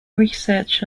research